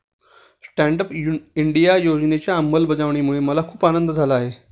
stand up India योजनेच्या अंमलबजावणीमुळे मला खूप आनंद झाला आहे